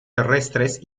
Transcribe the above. terrestres